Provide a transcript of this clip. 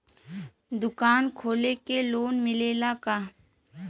दुकान खोले के लोन मिलेला का?